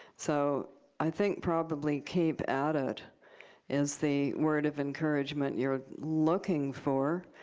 so i think probably keep at it is the word of encouragement you're looking for.